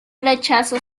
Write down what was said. rechazo